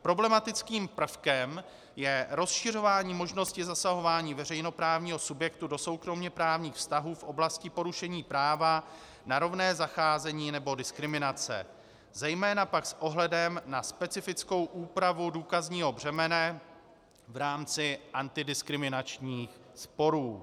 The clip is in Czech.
Problematickým prvkem je rozšiřování možnosti zasahování veřejnoprávního subjektu do soukromoprávních vztahů v oblasti porušení práva na rovné zacházení nebo diskriminace, zejména pak s ohledem na specifickou úpravu důkazního břemene v rámci antidiskriminačních sporů.